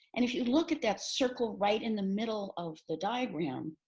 and if you look at that circle right in the middle of the diagram,